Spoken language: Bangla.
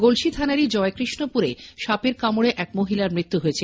গলসি থানারই জয়কৃষ্ণপুরে সাপের কামড়ে এক মহিলার মৃত্যু হয়েছে